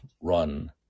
run